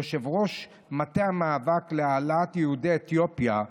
יושב-ראש מטה המאבק להעלאת יהודי אתיופיה,